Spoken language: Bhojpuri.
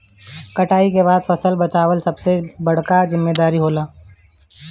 कटाई के बाद फसल बचावल सबसे बड़का जिम्मेदारी होला